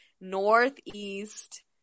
northeast